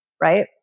Right